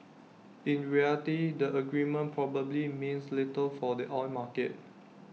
in reality the agreement probably means little for the oil market